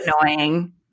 annoying